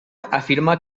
afirma